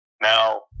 now